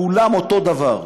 כולם אותו דבר,